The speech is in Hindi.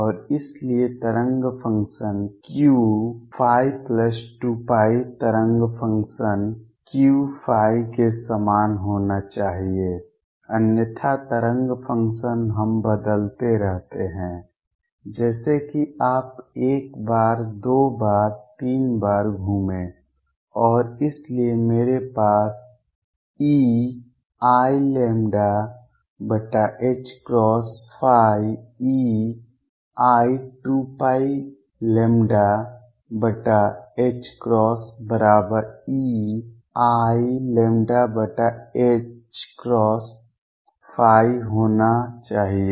और इसलिए तरंग फ़ंक्शन Qϕ2 π तरंग फ़ंक्शन Qϕ के समान होना चाहिए अन्यथा तरंग फ़ंक्शन हम बदलते रहते हैं जैसे की आप एक बार दो बार तीन बार घूमें और इसलिए मेरे पास eiλϕ ei2πλ eiλϕ होना चाहिए